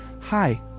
Hi